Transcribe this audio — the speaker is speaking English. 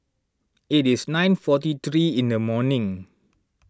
it is nine forty three in the morning